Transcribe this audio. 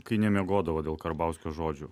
kai nemiegodavot dėl karbauskio žodžių